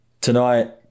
Tonight